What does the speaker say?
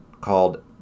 called